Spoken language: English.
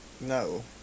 No